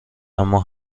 اما